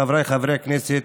חבריי חברי הכנסת,